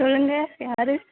சொல்லுங்க யார்